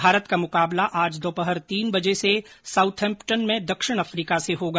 भारत का मुकाबला आज दोपहर तीन बजे से साउथैम्प्टन में दक्षिण अफ्रीका से होगा